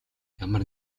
ямар